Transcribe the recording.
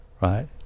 right